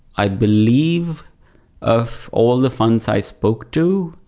i believe of all the funds i spoke to,